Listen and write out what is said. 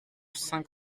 cinq